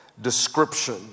description